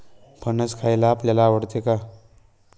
फणस खायला आपल्याला आवडतो का?